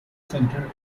centre